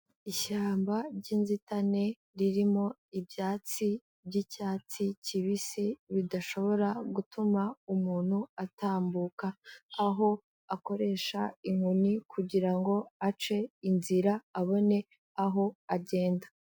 Ishyamba ry'inzitane ririmo ibyatsi by'icyatsi kibisi bidashobora gutuma umuntu atambuka, aho akoresha inkoni kugira ngo ace inzira abone aho agenda.